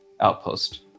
outpost